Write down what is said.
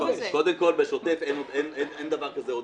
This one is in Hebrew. קודם כול, בשוטף אין דבר כזה עודפים.